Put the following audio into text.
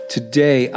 Today